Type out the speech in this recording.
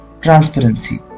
Transparency